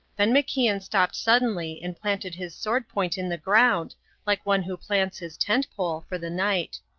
then macian stopped suddenly and planted his sword-point in the ground like one who plants his tent-pole for the night.